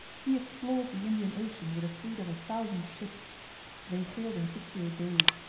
he explored the indian ocean with a fleet of a thousand ships they sailed in sixty-eight days,